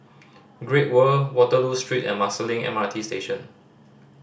Great World Waterloo Street and Marsiling M R T Station